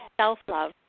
self-love